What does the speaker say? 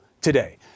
today